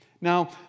Now